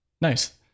Nice